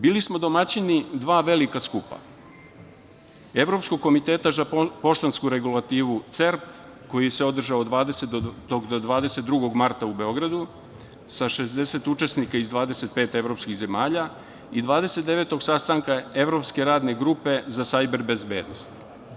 Bili smo domaćini dva velika skupa, Evropskog komiteta za poštansku regulativu CERP, koji se održao od 20. do 22 marta u Beogradu sa 60 učesnika iz 25 evropskih zemalja i 29. sastanka Evropske radne grupe za sajber bezbednost.